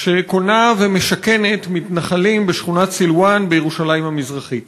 שקונה ומשכנת מתנחלים בשכונת סילואן בירושלים המזרחית.